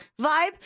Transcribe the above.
vibe